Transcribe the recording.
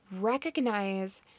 recognize